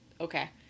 Okay